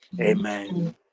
Amen